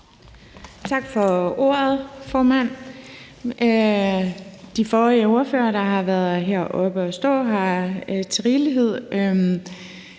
Tak for ordet, formand. De forrige ordførere, der har været heroppe at stå, har i rigelighed